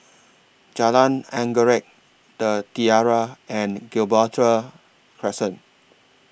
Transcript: Jalan Anggerek The Tiara and Gibraltar Crescent